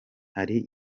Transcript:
hari